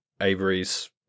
avery's